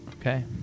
Okay